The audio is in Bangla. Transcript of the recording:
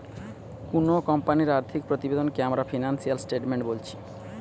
কুনো কোম্পানির আর্থিক প্রতিবেদনকে আমরা ফিনান্সিয়াল স্টেটমেন্ট বোলছি